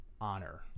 honor